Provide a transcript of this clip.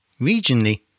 regionally